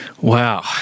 wow